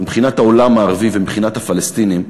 מבחינת העולם הערבי ומבחינת הפלסטינים,